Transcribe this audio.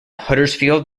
huddersfield